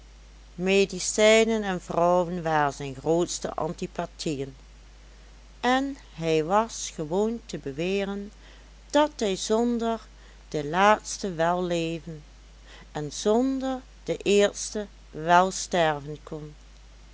medicijnen en vrouwen waren zijn grootste antipathieën en hij was gewoon te beweren dat hij zonder de laatste wel leven en zonder de eerste wel sterven kon